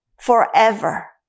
forever